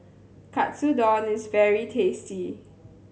katsudon is very tasty